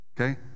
Okay